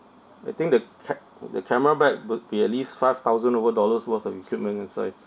I think the ca~ the camera bag would be at least five thousand over dollars worth of equipment inside